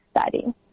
study